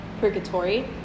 purgatory